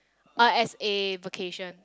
uh as in vacation